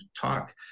talk